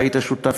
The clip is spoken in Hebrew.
והיית שותף,